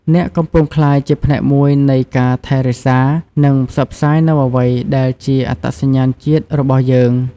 អ្នកកំពុងក្លាយជាផ្នែកមួយនៃការថែរក្សា និងផ្សព្វផ្សាយនូវអ្វីដែលជាអត្តសញ្ញាណជាតិរបស់យើង។